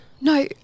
No